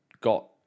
got